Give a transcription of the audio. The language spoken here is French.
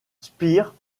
spire